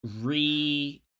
Re